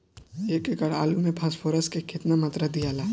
एक एकड़ आलू मे फास्फोरस के केतना मात्रा दियाला?